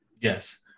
Yes